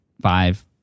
five